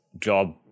job